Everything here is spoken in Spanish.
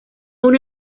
una